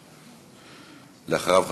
אחריו,